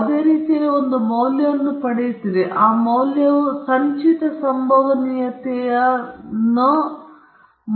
ಯಾವುದೇ ರೀತಿಯಲ್ಲಿ ನೀವು ಒಂದು ಮೌಲ್ಯವನ್ನು ಪಡೆಯುತ್ತೀರಿ ಮತ್ತು ಆ ಮೌಲ್ಯವು ಸಂಚಿತ ಸಂಭವನೀಯತೆಯನ್ನು ಮೈನಸ್ ಅನಂತದಿಂದ z ಗೆ ಪ್ರತಿನಿಧಿಸುತ್ತದೆ ಮತ್ತು ಅದನ್ನು ಸಂಚಿತ ವಿತರಣಾ ಕಾರ್ಯವಾಗಿ ನೀಡಲಾಗುತ್ತದೆ